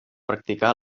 practicà